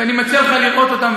ואני מציע לך לראות אותם,